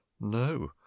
no